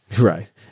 Right